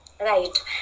Right